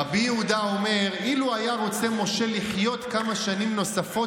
רבי יהודה אומר: אילו היה רוצה משה לחיות כמה שנים נוספות,